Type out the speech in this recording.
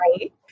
right